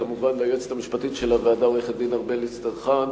כמובן ליועצת המשפטית של הוועדה עורכת-הדין ארבל אסטרחן,